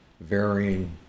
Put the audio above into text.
varying